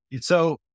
So-